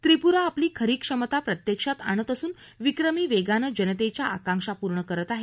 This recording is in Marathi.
त्रिपूरा आपली खरी क्षमता प्रत्यक्षात आणत असून विक्रमी वेगानं जनतेच्या आंकाक्षा पूर्ण करत आहेत